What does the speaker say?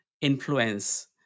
Influence